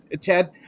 Ted